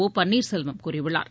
ஓபன்னீர்செல்வம் கூறியுள்ளார்